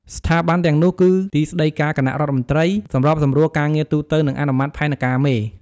ស្ថាប័នទាំងនោះគឺ ទីស្តីការគណៈរដ្ឋមន្ត្រី: សម្របសម្រួលការងារទូទៅ និងអនុម័តផែនការមេ។